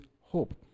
hope